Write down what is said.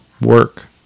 work